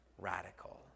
radical